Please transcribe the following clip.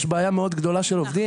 יש בעיה מאוד גדולה של עובדים.